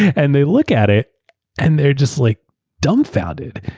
and they look at it and they're just like dumbfounded.